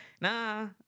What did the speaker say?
nah